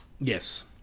Yes